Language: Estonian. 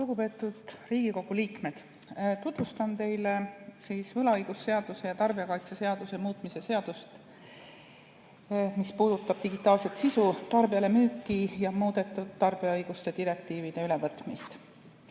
Lugupeetud Riigikogu liikmed! Tutvustan teile võlaõigusseaduse ja tarbijakaitseseaduse muutmise seaduse eelnõu, mis puudutab digitaalset sisu, tarbijalemüüki ja muudetud tarbija õiguste direktiivide ülevõtmist.